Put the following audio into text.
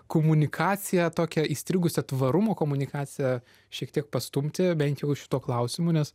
komunikacija tokia įstrigusią tvarumo komunikaciją šiek tiek pastumti bent jau šituo klausimu nes